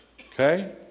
Okay